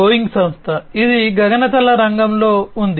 Boeing సంస్థ ఇది గగనతల రంగంలో ఉంది